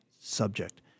subject